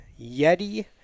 Yeti